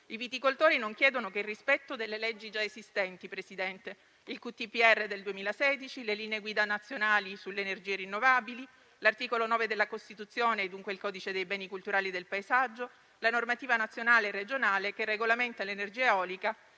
I viticoltori non chiedono che il rispetto delle leggi già esistenti, signor Presidente: il quadro territoriale regionale paesaggistico (QTRP) del 2016, le linee guida nazionali sulle energie rinnovabili, l'articolo 9 della Costituzione e dunque il codice dei beni culturali del paesaggio, la normativa nazionale e regionale che regolamenta l'energia eolica